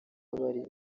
bari